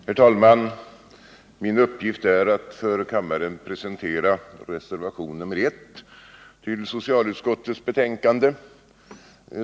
Herr talman! Min uppgift är att för kammaren presentera reservation nr 1 vid socialutskottets betänkande nr 47.